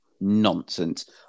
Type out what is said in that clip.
nonsense